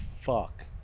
fuck